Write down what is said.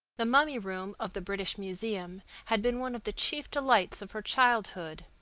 the mummy room of the british museum had been one of the chief delights of her childhood.